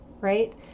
right